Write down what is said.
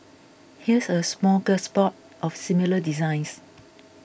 here's a smorgasbord of similar designs